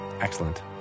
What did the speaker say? Excellent